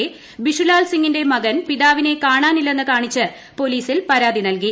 A Bishulal സിങ്ങിന്റെ മുകൻ പിതാവിനെ കാണാനില്ലെന്ന് കാണിച്ച് പോലീസിൽ പ്പരാതി നൽകി